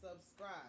subscribe